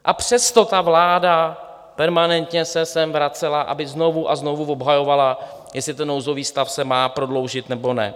A přesto ta vláda permanentně se sem vracela, aby znovu a znovu obhajovala, jestli ten nouzový stav se má prodloužit, nebo ne.